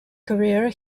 career